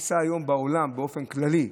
התפיסה היום בעולם באופן כללי,